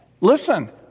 Listen